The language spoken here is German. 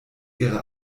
ihre